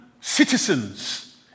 citizens